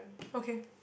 okay